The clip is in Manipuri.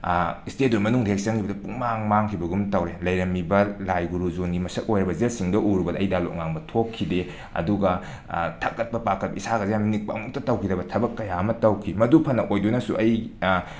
ꯏꯁꯇꯦꯗꯣ ꯃꯅꯨꯡꯗ ꯍꯦꯛ ꯆꯪꯈꯤꯕꯗ ꯄꯨꯡꯃꯥꯡ ꯃꯥꯡꯈꯤꯕꯒꯨꯝ ꯇꯧꯋꯦ ꯂꯩꯔꯝꯃꯤꯕ ꯂꯥꯏ ꯒꯨꯔꯨ ꯖꯣꯟꯒꯤ ꯃꯁꯛ ꯑꯣꯏꯔꯕ ꯖꯨꯖ ꯁꯤꯡꯗꯣ ꯎꯔꯨꯕꯗ ꯑꯩ ꯗꯥꯏꯂꯣꯛ ꯉꯥꯡꯕ ꯊꯣꯛꯈꯤꯗꯦ ꯑꯗꯨꯒ ꯊꯛꯀꯠꯄ ꯄꯥꯈꯠ ꯏꯁꯥꯒꯁꯦ ꯌꯥꯝꯅ ꯅꯤꯛꯄ ꯑꯃꯨꯛꯇ ꯇꯧꯈꯤꯗꯕ ꯊꯕꯛ ꯀꯌꯥ ꯑꯃ ꯇꯧꯈꯤ ꯃꯗꯨ ꯐꯅ ꯑꯣꯏꯗꯨꯅꯁꯨ ꯑꯩ